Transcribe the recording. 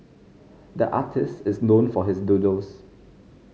the artist is known for his doodles